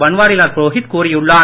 பன்வாரிலால் புரோகித் கூறியுள்ளார்